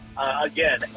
again